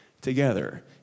together